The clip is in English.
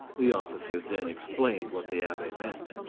the officer then explained what the abbe meant.